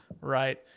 Right